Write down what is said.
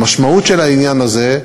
המשמעות של העניין הזה,